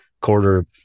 quarter